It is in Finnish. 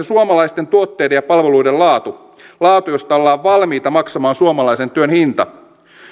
suomalaisten tuotteiden ja palveluiden laatu laatu josta ollaan valmiita maksamaan suomalaisen työn hinta